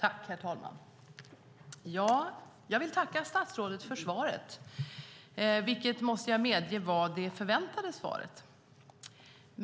Herr talman! Jag vill tacka statsrådet för svaret vilket, måste jag medge, var det förväntade svaret.